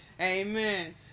Amen